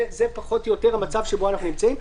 זה פחות או יותר המצב שבו אנחנו נמצאים.